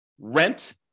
rent